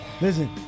Listen